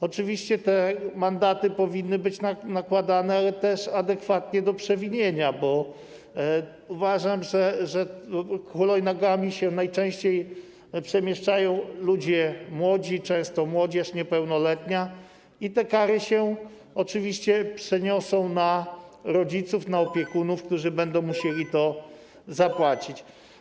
Oczywiście te mandaty powinny być też nakładane adekwatnie do przewinienia, bo uważam, że hulajnogami najczęściej przemieszczają się ludzie młodzi, często młodzież niepełnoletnia, i te kary się oczywiście przeniosą na rodziców, na opiekunów, którzy będą musieli je zapłacić.